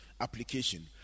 application